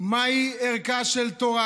מהי ערכה של תורה.